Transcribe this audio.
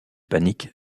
panique